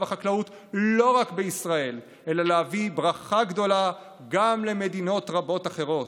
החקלאות לא רק בישראל אלא להביא ברכה גדולה גם למדינות רבות אחרות,